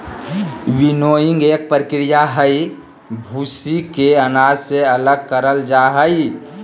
winnowing एक प्रक्रिया हई, भूसी के अनाज से अलग करल जा हई